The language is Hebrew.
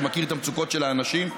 ומכיר את המצוקות של האנשים,